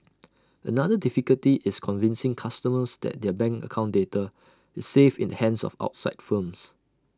another difficulty is convincing customers that their bank account data is safe in the hands of outside firms